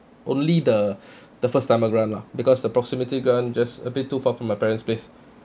only the the first time grant lah because the proximity grant just a bit too far from my parents' place